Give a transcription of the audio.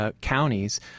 counties